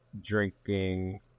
drinking